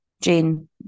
Jane